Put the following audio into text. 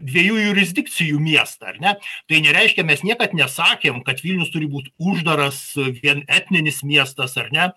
dviejų jurisdikcijų miestą ar ne tai nereiškia mes niekad nesakėm kad vilnius turi būt uždaras vien etninis miestas ar ne